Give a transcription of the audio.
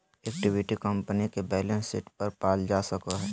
equity company के balance sheet पर पाल जा सको हइ